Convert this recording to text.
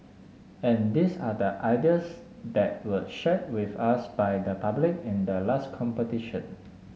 and these are the ideas that were shared with us by the public in the last competition